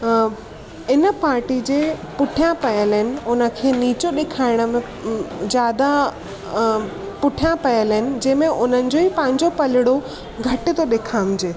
इन पाटी जे पुठियां पयल आहिनि उन खे निचो ॾेखाइण में ज़्यादा पुठिया पयल आहिनि जंहिंमें हुननि जे पंहिंजो पलिड़ो घटि थो ॾेखामिजे